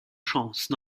chance